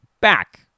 back